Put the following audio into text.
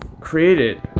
created